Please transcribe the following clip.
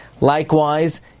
Likewise